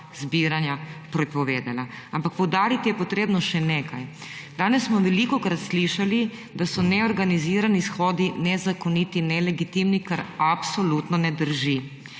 zbiranja prepovedala. Ampak poudariti je potrebno še nekaj. Danes smo velikokrat slišali, da so neorganizirani shodi nezakoniti, nelegitimni, kar absolutno ne drži.